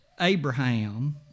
Abraham